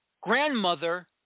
grandmother